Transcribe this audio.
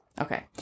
Okay